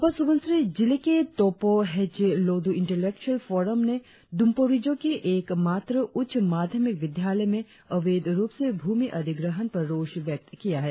अपर सुबनसिरी जिले के तोपो हेचे लोद्र इंटेलेक्वूएल फॉरम ने द्रम्पोरिजों की एक मात्र उच्च माध्यमिक विद्यालय में अवैध रुप से भूमि अधिग्रहण पर रोष व्यक्त किया है